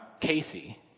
Casey